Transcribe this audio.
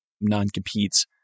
non-competes